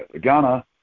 Ghana